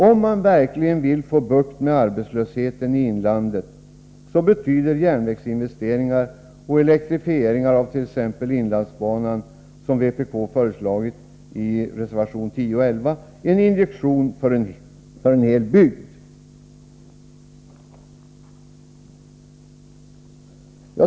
Om man verkligen vill få bukt med arbetslösheten i inlandet, betyder järnvägsinvesteringar och elektrifieringar av t.ex. inlandsbanan, som vpk föreslagit i reservationerna 10 och 11, en injektion för en hel bygd.